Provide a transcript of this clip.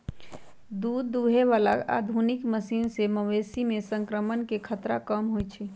दूध दुहे बला आधुनिक मशीन से मवेशी में संक्रमण के खतरा कम होई छै